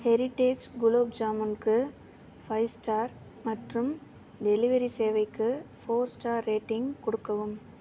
heritage gulab ஜாமுன்க்கு five star மற்றும் delivery சேவைக்கு ஃபோர் ஸ்டார் ரேட்டிங் கொடுக்கவும்